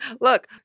Look